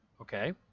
Okay